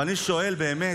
אבל אני שואל באמת: